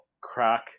crack